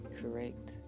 correct